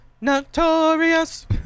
Notorious